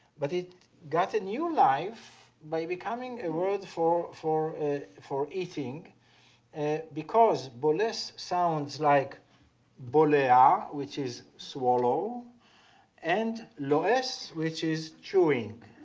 but it got a new life by becoming a word for for ah eating and because boless sounds like bolea which is swallow and loress which is chewing.